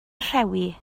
rhewi